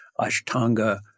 Ashtanga